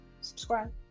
subscribe